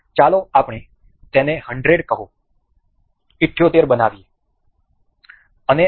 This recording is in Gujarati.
ચાલો આપણે તેને 100 કહો 78 બનાવીએ